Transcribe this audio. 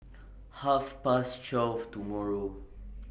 Half Past twelve tomorrow